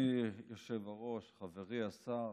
אדוני היושב-ראש, חברי השר,